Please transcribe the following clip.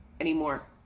anymore